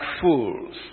fools